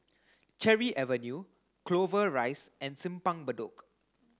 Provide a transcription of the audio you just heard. Cherry Avenue Clover Rise and Simpang Bedok